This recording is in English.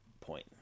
point